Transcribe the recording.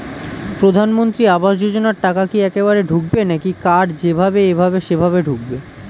প্রধানমন্ত্রী আবাস যোজনার টাকা কি একবারে ঢুকবে নাকি কার যেভাবে এভাবে সেভাবে ঢুকবে?